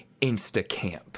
Instacamp